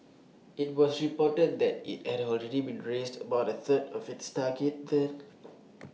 IT was reported that IT had already be raised about A third of its target then